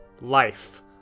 life